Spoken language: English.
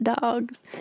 dogs